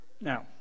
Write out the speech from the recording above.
Now